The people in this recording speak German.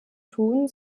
tun